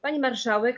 Pani Marszałek!